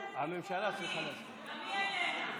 אם זה היה איש ימין,